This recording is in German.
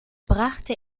brachte